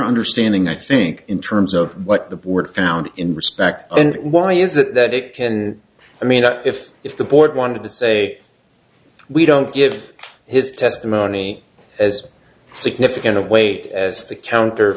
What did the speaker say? understanding i think in terms of what the board found in respect and why is it that it can i mean if if the board wanted to say we don't give his testimony as significant a weight as the counter